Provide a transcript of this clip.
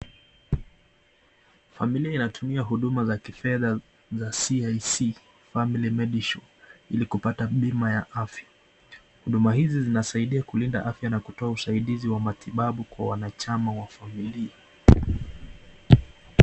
Familia yatumia huduma za kifedha za cic family medishow ili kupata bima ya afya. Huduma hizi zinasaidia kulinda afya na kutoa usaidizi wa matibabu kwa wanachama wa familia.